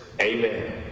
Amen